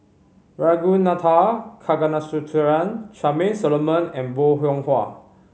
Ragunathar Kanagasuntheram Charmaine Solomon and Bong Hiong Hwa